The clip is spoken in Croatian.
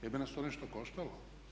Jel bi nas to nešto koštalo?